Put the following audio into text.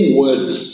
words